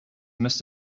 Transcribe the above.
must